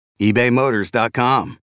ebaymotors.com